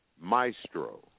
maestro